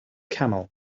camel